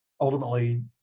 ultimately